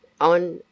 On